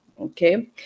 okay